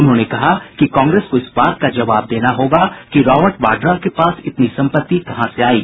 उन्होंने कहा कि कांग्रेस को इस बात का जवाब देना हेगा कि राबर्ट वाड्रा के पास इतनी संपत्ति कहां से आयी